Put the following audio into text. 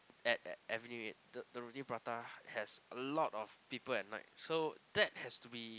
at Avenue Eight the the roti-prata has a lot of people at night so that has to be